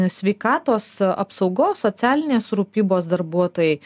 sveikatos apsaugos socialinės rūpybos darbuotojai